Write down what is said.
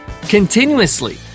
continuously